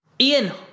Ian